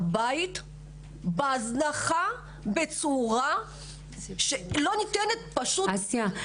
הבית בהזנחה בצורה שלא ניתנת פשוט --- אסיה,